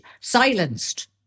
silenced